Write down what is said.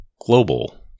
global